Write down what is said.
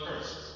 first